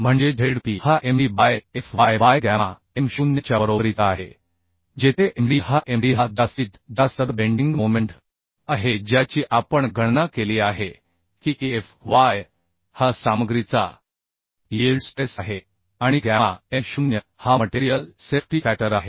म्हणजे Zp हा Md by Fy by gamma M 0 च्या बरोबरीचा आहे जेथे Md हा Md हा जास्तीत जास्त बेंडिंग मोमेंट आहे ज्याची आपण गणना केली आहे की Fy हा सामग्रीचा यील्ड स्ट्रेस आहे आणि गॅमा M 0 हा मटेरिअल सेफ्टी फॅक्टर आहे